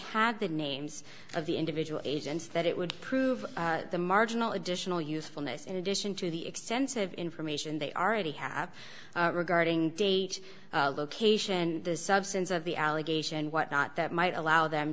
had the names of the individual agents that it would prove the marginal additional usefulness in addition to the extensive information they already have regarding date location and the substance of the allegation and what not that might allow them